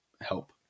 help